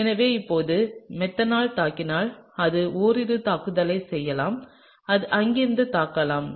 எனவே இப்போது மெத்தனால் தாக்கினால் அது ஓரிரு தாக்குதல்களைச் செய்யலாம் அது இங்கிருந்து தாக்கலாம்